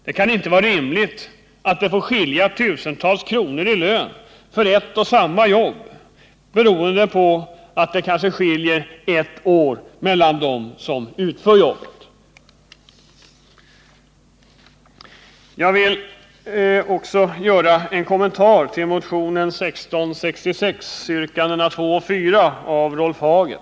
Det kan inte vara rimligt att det får skilja tusentals kronor i lön för ett och samma jobb bara därför att det skiljer ett år mellan dem som gör jobbet. Till sist vill jag bara göra en kommentar till motionen 1666 yrkande 24 av Rolf Hagel.